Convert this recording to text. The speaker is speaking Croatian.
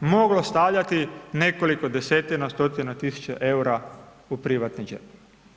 moglo stavljati nekoliko desetina, stotina tisuća eura u privatni džep.